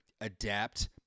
adapt